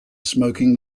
smoking